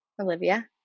Olivia